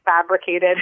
fabricated